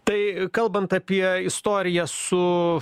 tai kalbant apie istoriją su